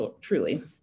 truly